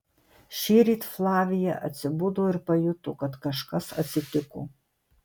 šįryt flavija atsibudo ir pajuto kad kažkas atsitiko